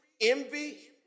envy